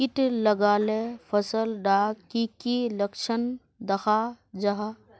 किट लगाले फसल डात की की लक्षण दखा जहा?